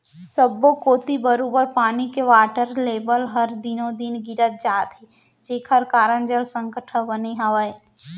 सब्बो कोती बरोबर पानी के वाटर लेबल हर दिनों दिन गिरत जात हे जेकर कारन जल संकट ह बने हावय